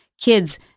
kids